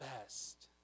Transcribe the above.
best